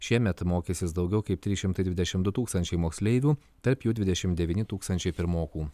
šiemet mokysis daugiau kaip trys šimtai dvidešimt du tūkstančiai moksleivių tarp jų dvidešimt devyni tūkstančiai pirmokų